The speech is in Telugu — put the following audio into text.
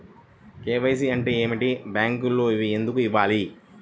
కే.వై.సి అంటే ఏమిటి? బ్యాంకులో అవి ఎందుకు ఇవ్వాలి?